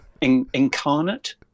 incarnate